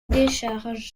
décharge